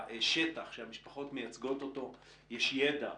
לשטח שהמשפחות מייצגות אותו יש ידע,